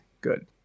good